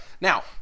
now